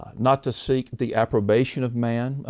not to seek the approbation of man,